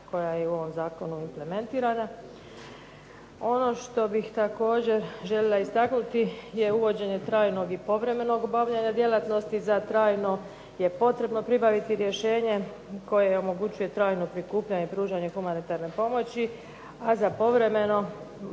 koja je u ovom zakonu implementirana. Ono što bih također željela istaknuti je uvođenje trajnog i povremenog obavljanja djelatnosti. Za trajno je potrebno pribaviti rješenje koje omogućuje trajno prikupljanje i pružanje humanitarne pomoći, a za povremeno